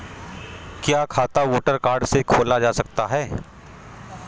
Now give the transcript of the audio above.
क्या खाता voter card से खोला जा सकता है?